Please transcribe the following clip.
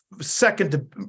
second